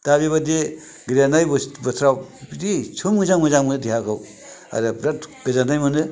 दा बेबायदि गेलेनाय बोथोराव बिदि एदथ' मोजां मोजां देहाखौ आरो बिराद गोजोननाय मोनो